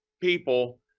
people